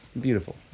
Beautiful